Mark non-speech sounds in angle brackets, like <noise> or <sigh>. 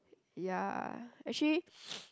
ya actually <noise>